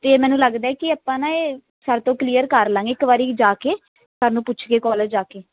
ਅਤੇ ਮੈਨੂੰ ਲੱਗਦਾ ਕਿ ਆਪਾਂ ਨਾ ਇਹ ਸਰ ਤੋਂ ਕਲੀਅਰ ਕਰ ਲਾਂਗੇ ਇੱਕ ਵਾਰੀ ਜਾ ਕੇ ਸਰ ਨੂੰ ਪੁੱਛ ਕੇ ਕੋਲੇਜ ਜਾ ਕੇ